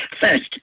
First